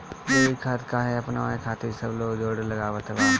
जैविक खेती काहे अपनावे खातिर सब लोग जोड़ लगावत बा?